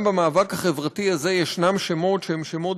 גם במאבק החברתי הזה יש שמות שהם שמות